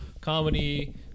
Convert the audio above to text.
comedy